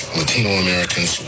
latino-americans